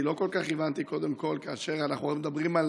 כי לא כל כך הבנתי: כאשר אנחנו מדברים על